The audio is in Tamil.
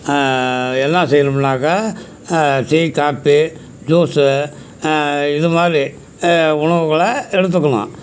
என்ன செய்யணும்னாக்க டீ காப்பி ஜூஸு இது மாதிரி உணவுகளை எடுத்துக்கணும்